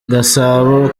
gasabo